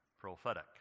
prophetic